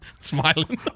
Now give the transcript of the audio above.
smiling